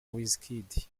wizkid